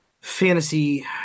fantasy